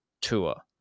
tour